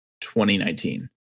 2019